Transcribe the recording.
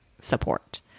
support